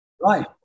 right